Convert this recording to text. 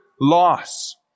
loss